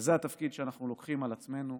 וזה התפקיד שאנחנו לוקחים על עצמנו: